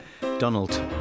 Donald